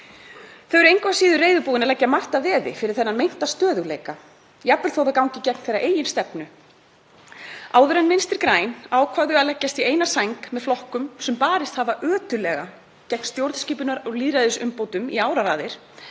Engu að síður eru þau tilbúin að gera margt fyrir þennan meinta stöðugleika, jafnvel þó að það gangi gegn þeirra eigin stefnu. Áður en Vinstri græn ákváðu að leggjast í eina sæng með flokkum sem barist hafa ötullega gegn stjórnskipunar- og lýðræðisumbótum í áraraðir